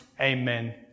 amen